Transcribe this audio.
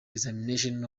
examination